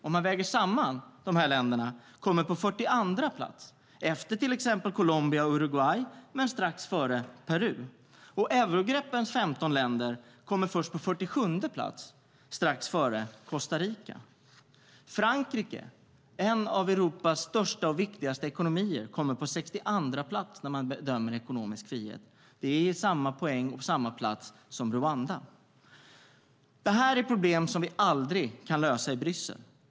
Om man väger samman länderna kommer EU-27 på 42:a plats, efter till exempel Colombia och Uruguay, men strax före Peru. Eurogruppens 15 länder kommer först på 47:e plats, strax före Costa Rica. Frankrike, med en av Europas största och viktigaste ekonomier, kommer på 62:a plats när man bedömer ekonomisk frihet, med samma poäng och plats som Rwanda. Det här är problem som vi aldrig kan lösa i Bryssel.